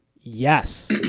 yes